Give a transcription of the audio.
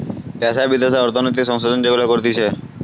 দ্যাশে বিদ্যাশে অর্থনৈতিক সংশোধন যেগুলা করতিছে